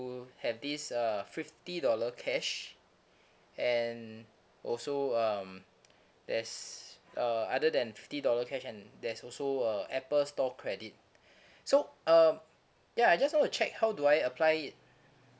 have this uh fifty dollar cash and also um there's uh other than fifty dollar cash and there's also a apple store credit so um ya I just want to check how do I apply it